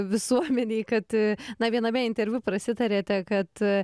visuomenei kad na viename interviu prasitarėte kad